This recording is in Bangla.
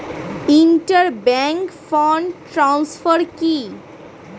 ইন্টার ব্যাংক ফান্ড ট্রান্সফার কি?